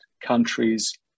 countries